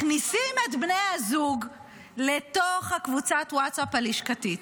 מכניסים את בני הזוג לתוך קבוצת הווטסאפ הלשכתית,